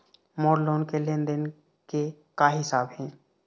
मोर loan के लेन देन के का हिसाब हे?